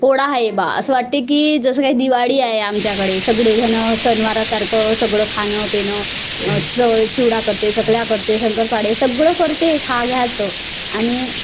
पोळा आहे बा असं वाटते की जसं काही दिवाळी आहे आमच्याकडे सगळे जणं सणवारासारखं सगळं खाणं पिणं चिवडा करते चकल्या करते शंकरपाळे सगळं करते खा घ्यायचं आणि